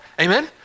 amen